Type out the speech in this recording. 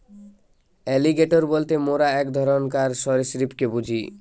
alligator বলতে মোরা এক ধরণকার সরীসৃপকে বুঝি